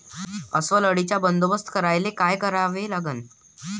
अस्वल अळीचा बंदोबस्त करायले काय करावे लागन?